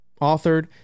authored